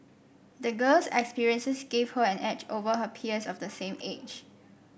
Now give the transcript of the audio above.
the girl's experiences gave her an edge over her peers of the same age